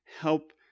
help